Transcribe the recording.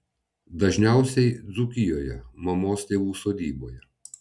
dažniausiai dzūkijoje mamos tėvų sodyboje